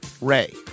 Ray